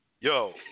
Yo